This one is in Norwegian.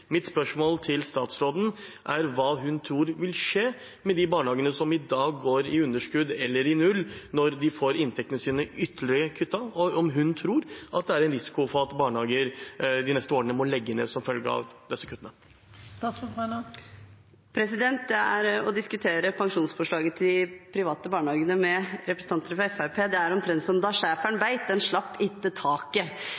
Mitt spørsmål til statsråden er hva hun tror vil skje med de barnehagene som i dag går med underskudd eller i null, når de får inntektene sine ytterligere kuttet, og om hun tror at det er en risiko for at barnehager de neste årene må legge ned som følge av disse kuttene? Å diskutere pensjonsforslaget til de private barnehagene med representanter fra Fremskrittspartiet er omtrent som